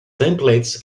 templates